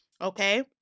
okay